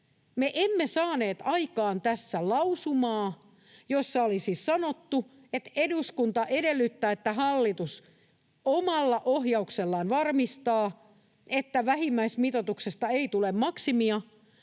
Me emme saaneet aikaan tässä lausumaa, jossa olisi sanottu, että eduskunta edellyttää, että hallitus omalla ohjauksellaan varmistaa, että vähimmäismitoituksesta ei tule maksimia,